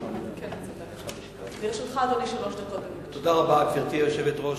תודה רבה, גברתי היושבת-ראש.